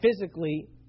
physically